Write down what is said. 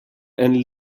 and